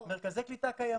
קליטה?